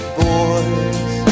boys